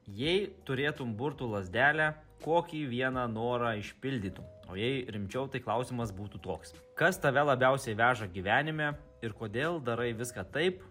jei turėtum burtų lazdelę kokį vieną norą išpildytum o jei rimčiau tai klausimas būtų toks kas tave labiausiai veža gyvenime ir kodėl darai viską taip